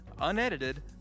unedited